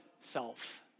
self